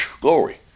Glory